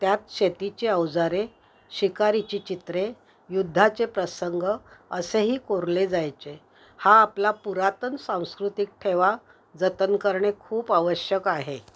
त्यात शेतीचे अवजारे शिकारीचे चित्रे युद्धाचे प्रसंग असेही कोरले जायचे हा आपला पुरातन सांस्कृतिक ठेवा जतन करणे खूप आवश्यक आहे